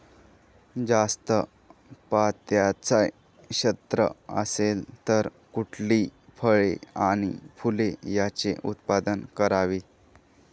जास्त पात्याचं क्षेत्र असेल तर कुठली फळे आणि फूले यांचे उत्पादन करावे?